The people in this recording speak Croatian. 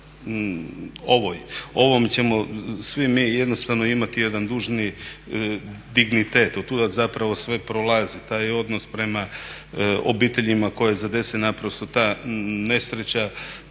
prema ovom ćemo svi mi jednostavno imati jedan dužni dignitet, od tuda zapravo sve prolazi. Taj odnos prema obiteljima koje zadesi naprosto ta nesreća,